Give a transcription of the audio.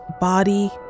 body